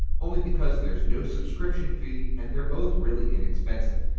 only because there's no subscription fee and they're both really inexpensive.